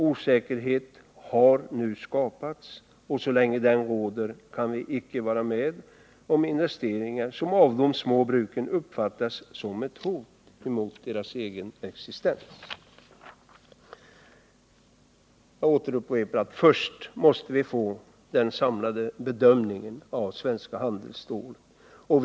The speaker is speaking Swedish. Osäkerhet har nu skapats, och så länge den råder kan vi icke vara med om investeringar som av de små bruken uppfattas som ett hot mot deras egen existens. Jag upprepar att vi först måste få den samlade bedömningen av det svenska handelsstålet.